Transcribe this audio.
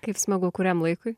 kaip smagu kuriam laikui